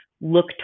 look